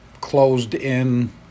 closed-in